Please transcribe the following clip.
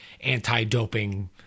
anti-doping